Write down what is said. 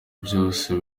byose